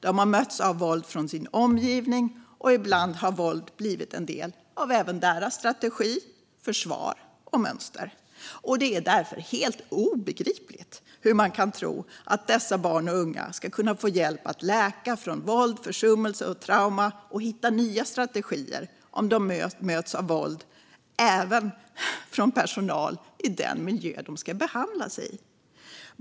De har mötts av våld från sin omgivning, och ibland har våld även blivit en del av deras strategi, försvar och mönster. Det är därför helt obegripligt hur man kan tro att dessa barn och unga ska kunna få hjälp att läka från våld, försummelse och trauma samt hitta nya strategier om de möts av våld även från personal i den miljö de ska behandlas i.